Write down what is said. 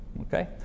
okay